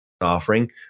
offering